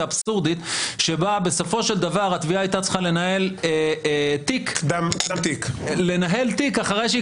אבסורדית שבה בסופו של דבר התביעה הייתה צריכה לנהל תיק אחרי שהיא